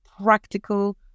Practical